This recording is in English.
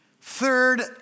Third